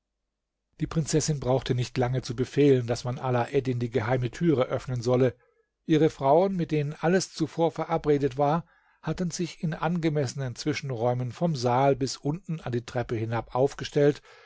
die prinzessin brauchte nicht lange zu befehlen daß man alaeddin die geheime türe öffnen solle ihre frauen mit denen alles zuvor verabredet war hatten sich in angemessenen zwischenräumen vom saal bis unten an die treppe hinab aufgestellt